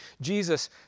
Jesus